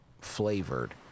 flavored